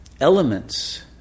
elements